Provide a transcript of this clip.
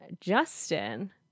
justin